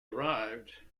arrived